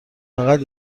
فقط